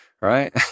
Right